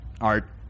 art